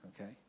okay